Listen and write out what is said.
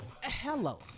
Hello